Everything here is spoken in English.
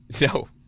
No